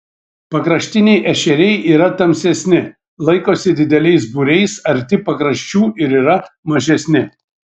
pakraštiniai ešeriai yra tamsesni laikosi dideliais būriais arti pakraščių ir yra mažesni